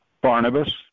Barnabas